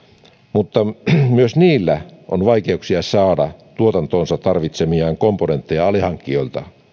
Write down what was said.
mutta myös niillä on vaikeuksia saada tuotantoonsa tarvitsemiaan komponentteja alihankkijoilta